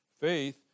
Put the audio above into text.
Faith